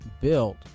built